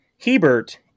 Hebert